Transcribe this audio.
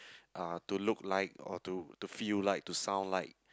uh to look like or to to feel like to sound like